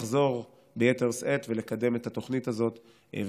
לחזור לקדם את התוכנית הזאת ביתר שאת,